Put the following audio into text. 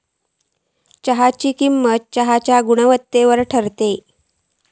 चहाची किंमत चहाच्या गुणवत्तेवर ठरता